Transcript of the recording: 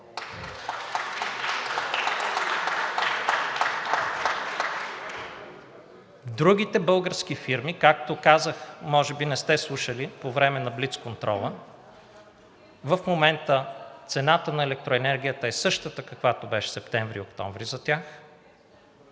Другите български фирми, както казах – може би не сте слушали по време на блицконтрола, в момента цената на електроенергията е същата, каквато беше септември и октомври за тях.